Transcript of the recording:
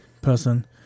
person